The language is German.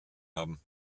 haben